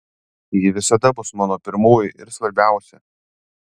ji visada bus mano pirmoji ir svarbiausia